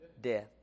Death